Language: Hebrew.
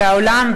והעולם,